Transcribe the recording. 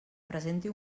presenti